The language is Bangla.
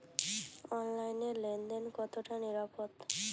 অনলাইনে লেন দেন কতটা নিরাপদ?